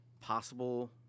possible